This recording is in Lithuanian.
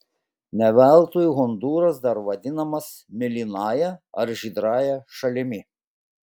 ne veltui hondūras dar vadinamas mėlynąja ar žydrąja šalimi